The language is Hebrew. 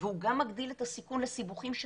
והוא גם מגדיל את הסיכון לסיבוכים של